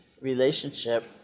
relationship